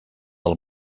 del